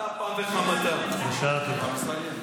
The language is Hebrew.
בשעה טובה.